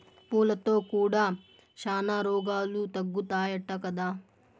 పూలతో కూడా శానా రోగాలు తగ్గుతాయట కదా